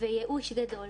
וייאוש גדול,